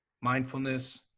mindfulness